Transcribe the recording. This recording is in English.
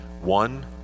One